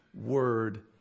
Word